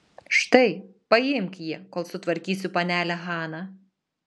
štai paimk jį kol sutvarkysiu panelę haną